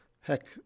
heck